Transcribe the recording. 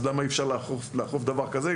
אז למה אי אפשר לאכוף דבר כזה?